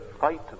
fight